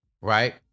right